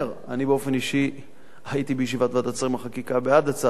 אני באופן אישי הייתי בישיבת שרים לחקיקה בעד הצעת החוק,